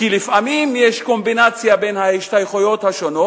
כי לפעמים יש קומבינציה בין ההשתייכויות השונות.